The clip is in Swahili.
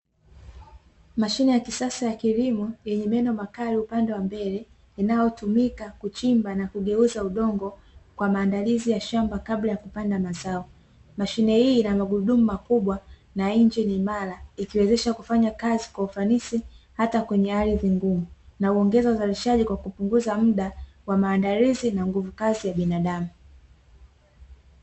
Mashine ya kisasa ya kilimo, yenye meno makali upande wa mbele. Inayotumika kuchimba na kugeuza udongo, kwa maandalizi ya shamba kabla ya kupanda mazao. Mashine hii ina magurudumu makubwa, na injini imara ikiiwezesha kufanya kazi kwa ufanisi hata kwenye ardhi ngumu. Na huongeza uzalishaji kwa kupunguza muda, wa maandalizi na nguvu kazi ya binadamu.